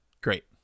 great